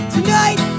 Tonight